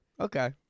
Okay